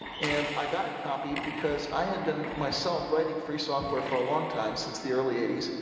and i got a copy because. i had been myself writing free software for a long time since the early eighty s.